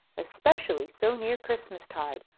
especially so near christmas-tide,